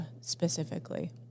specifically